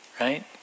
right